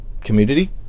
community